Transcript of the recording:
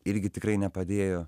irgi tikrai nepadėjo